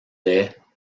des